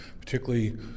particularly